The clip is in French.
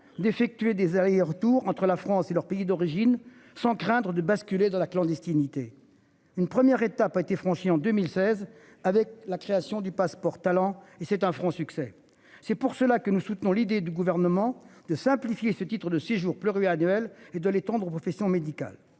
d'effectuer des allers-retours entre la France et leur pays d'origine sans craindre de basculer dans la clandestinité. Une première étape a été franchie en 2016 avec la création du passeport talent et c'est un franc succès. C'est pour cela que nous soutenons l'idée du gouvernement de simplifier ce titre de séjour pluri-et de l'étendre aux professions médicales